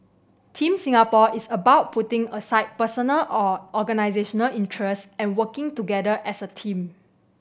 Team Singapore is about putting aside personal or organisational interest and working together as a team